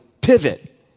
pivot